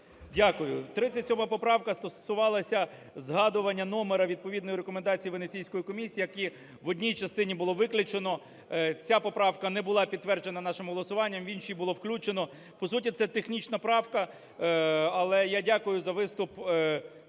Дякую. 37 поправка стосувалася згадування номеру відповідної рекомендації Венеційською комісією, яка в одній частині було виключено. Ця поправка не була підтверджена нашим голосуванням, в іншій було включено. По суті, це технічна правка, але я дякую за виступ